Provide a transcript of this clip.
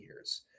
years